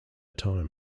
time